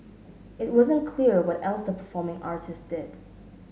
it wasn't clear what else the performing artists did